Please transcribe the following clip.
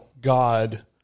God